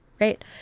right